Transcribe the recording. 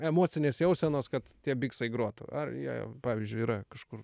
emocinės jausenos kad tie biksai grotų ar jie pavyzdžiui yra kažkur